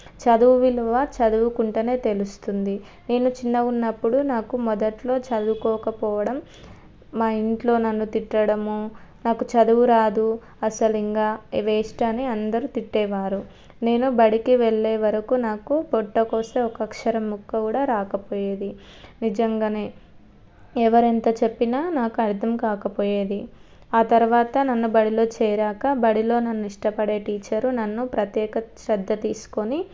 చదువు విలువ చదువుకుంటే తెలుస్తుంది నేను చిన్నగా ఉన్నప్పుడు నాకు మొదట్లో చదువుకోకపోవడం మా ఇంట్లో నన్ను తిట్టడం నాకు చదువు రాదు అసలు ఇంక వేస్ట్ అని అందరు తిట్టేవారు నేను బడికి వెళ్ళే వరకు నాకు పొట్ట కోస్తే ఒక అక్షరం ముక్క కూడా రాకపోయేది నిజంగా ఎవరు ఎంత చెప్పిన నాకు అర్థం కాకపోయేది ఆ తర్వాత నన్ను బడిలో చేరినాక బడిలో నన్ను ఇష్టపడే టీచర్ నన్ను ప్రత్యేక శ్రద్ధ తీసుకొని